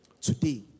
today